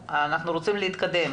הבסיסית של היכולת להתנהל